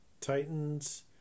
Titans